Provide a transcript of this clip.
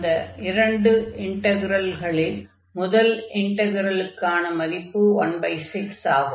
அந்த இரண்டு இன்டக்ரல்களில் முதல் இன்டக்ரலுக்கான மதிப்பு 16 ஆகும்